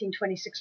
1926